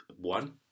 one